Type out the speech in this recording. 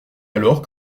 alors